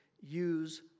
use